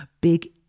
big